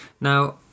Now